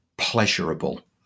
pleasurable